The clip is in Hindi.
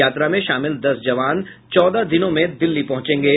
यात्रा में शामिल दस जवान चौदह दिनों में दिल्ली पहुंचेंगे